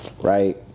right